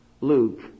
Luke